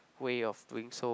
way of doing so